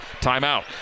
timeout